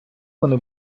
вони